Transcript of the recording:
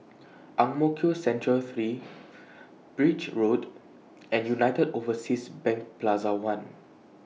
Ang Mo Kio Central three Birch Road and United Overseas Bank Plaza one